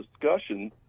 discussion